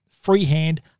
freehand